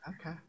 okay